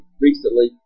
recently